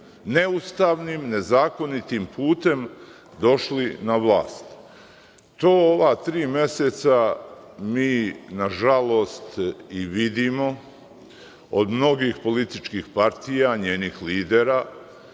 neustavnim, nezakonitim putem došli na vlast. To ova tri meseca mi nažalost i vidimo od mnogih političkih partija, njenih lidera,